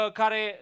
care